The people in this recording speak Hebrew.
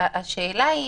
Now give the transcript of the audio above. השאלה היא,